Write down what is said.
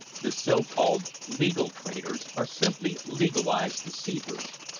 the so-called legal traders are simply legalised deceivers,